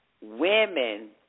Women